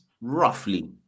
roughly